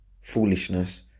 foolishness